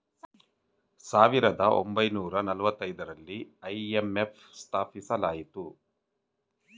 ಸಾವಿರದ ಒಂಬೈನೂರ ನಾಲತೈದರಲ್ಲಿ ಐ.ಎಂ.ಎಫ್ ಸ್ಥಾಪಿಸಲಾಯಿತು